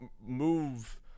move